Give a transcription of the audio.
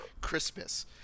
Christmas